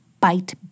Bite